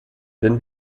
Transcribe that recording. then